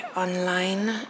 online